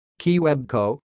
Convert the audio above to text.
Keywebco